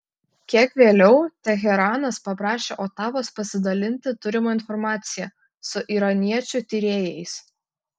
kiek vėliau teheranas paprašė otavos pasidalinti turima informacija su iraniečių tyrėjais